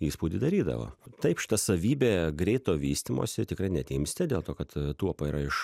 įspūdį darydavo taip šita savybė greito vystymosi tikrai neatimsite dėl to kad tuopa yra iš